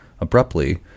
abruptly